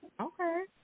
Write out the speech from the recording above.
Okay